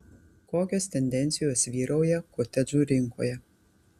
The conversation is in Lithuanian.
kokios tendencijos vyrauja kotedžų rinkoje